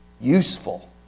useful